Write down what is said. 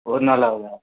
ஒரு நாள் ஆகுதா